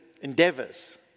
endeavors